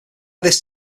this